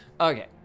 Okay